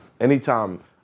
Anytime